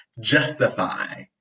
justify